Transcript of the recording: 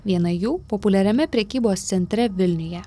viena jų populiariame prekybos centre vilniuje